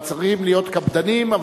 צריכים להיות קפדנים,